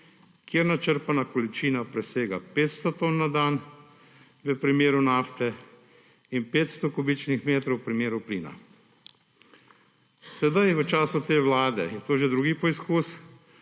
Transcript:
kjer načrpana količina presega 500 ton na dan v primeru nafte in 500 kubičnih metrov v primeru plina. Sedaj v času te vlade je to že drugi poskus,